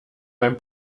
beim